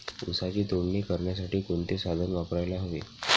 ऊसाची तोडणी करण्यासाठी कोणते साधन वापरायला हवे?